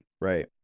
Right